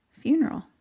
funeral